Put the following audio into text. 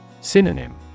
Synonym